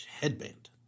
Headband